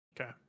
Okay